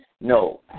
No